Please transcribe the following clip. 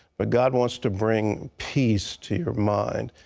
but god wants to bring peace to your mind.